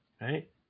Right